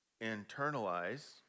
internalize